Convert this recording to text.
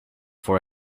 for